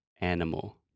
Animal